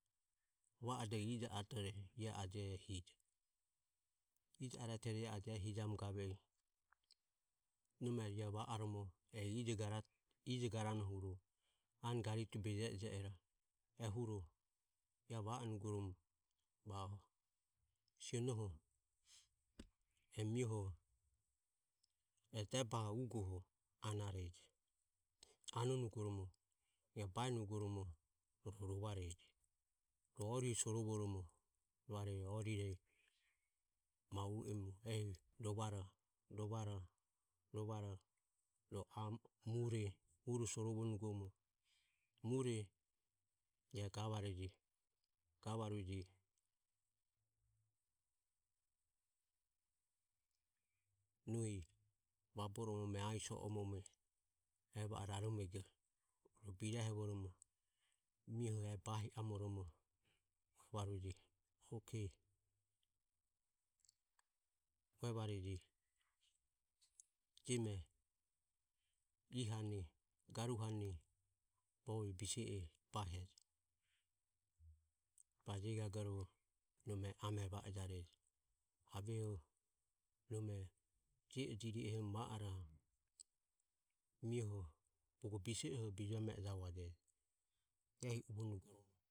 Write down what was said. Va adoho ije arete ie e ajio hije. Ije aretore ajio hijamu gave i nome ia e va oromo e ijo garane anogarite beje eje ero e huro iae va onugoromo ia va o sionoho e mioho deba ugoho anreje. Anoromo iae baenugoromo rovareje ro orire suorovoromo rovaroho orire ma u emu ehi rovare rovaro rovaro ro mure mure sorovonugoromo mure ia gavareje. Nohi vaboro omo ome aiso o omo ome e va o raromego e birohevoromo mioho e bahi amoromo uvareje: ok uevareje jeme i hane garu hane bovi bise e bahejo bajegagorovo nome amero va ejarejo. Aveho nome je e jireho va aroho nome mioho bogo bise oho bijueme e javuajejo ehi uvonugoromo